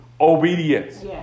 obedience